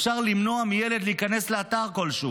אפשר למנוע מילד להיכנס לאתר כלשהו.